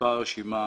מספר הרשימה